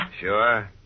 Sure